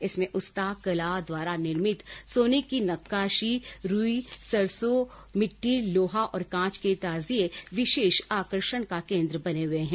इनमें उस्ताकला द्वारा निर्मित सोने की नक्काशी रुई सरसों मिट्टी लोहा और कांच के ताजिये विशेष आकर्षण का केन्द्र बने हुए हैं